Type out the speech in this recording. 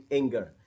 anger